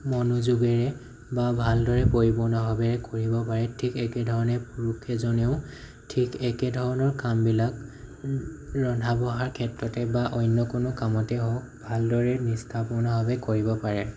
মনোযোগেৰে বা ভালদৰে পৰিপূৰ্ণভাৱে কৰিব পাৰে ঠিক একেধৰণে পুৰুষকেইজনেও ঠিক একেধৰণৰ কামবিলাক ৰন্ধা বঢ়াৰ ক্ষেত্ৰতে বা অন্য কোনো কামতে হওঁক ভালদৰে নিষ্ঠাপূৰ্ণভাৱে কৰিব পাৰে